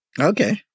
Okay